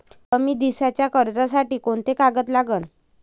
कमी दिसाच्या कर्जासाठी कोंते कागद लागन?